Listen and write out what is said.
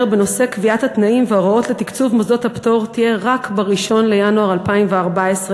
בנושא קביעת התנאים וההוראות לתקצוב מוסדות הפטור תהיה רק ב-1 בינואר 2014,